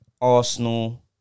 Arsenal